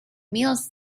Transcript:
meals